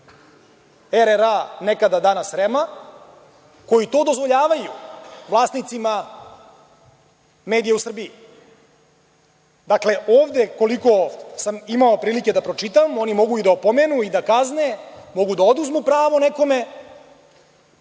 RRA nekada, danas REM-a koji to dozvoljavaju vlasnicima medija u Srbiji. Dakle, ovde koliko sam imao prilike da pročitam, oni mogu i da opomenu i da kazne, mogu da oduzmu pravo nekome,